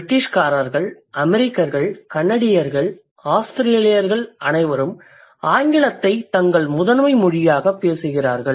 பிரிட்டிஷ்கார்கள் அமெரிக்கர்கள் கனடியர்கள் மற்றும் ஆஸ்திரேலியர்கள் அனைவரும் ஆங்கிலத்தைத் தங்கள் முதன்மைமொழியாக மொழியாகப் பேசுகிறார்கள்